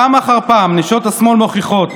פעם אחר פעם נשות השמאל מוכיחות: